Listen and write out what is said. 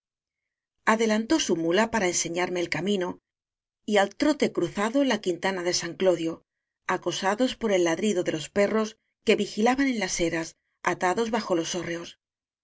adelantó su muía para enseñarme el camino y al trote cruzamos la quintana de san clodio'acosados por el ladrido de los perros que vigilaban en las eras atados bajo los hórreos